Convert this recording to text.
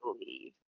believe